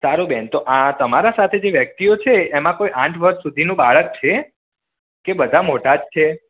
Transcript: સારું બેન તો આ તમારાં સાથે જે વ્યક્તિઓ છે એમાં કોઈ આઠ વર્ષ સુધીનું બાળક છે કે બધા મોટાં જ છે